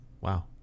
Wow